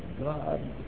God